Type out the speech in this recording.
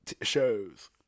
shows